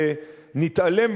ונתעלם,